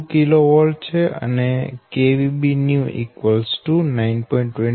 2 kV અને Bnew 9